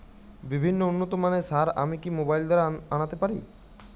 বিভিন্ন উন্নতমানের সার আমি কি মোবাইল দ্বারা আনাতে পারি?